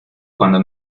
cuando